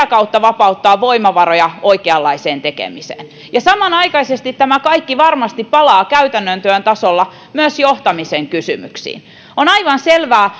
kautta vapautetaan voimavaroja oikeanlaiseen tekemiseen samanaikaisesti tämä kaikki varmasti palaa käytännön työn tasolla myös johtamisen kysymyksiin on aivan selvää